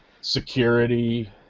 security